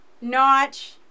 notch